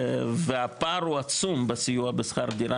והפער הוא עצום בסיוע בשכר דירה,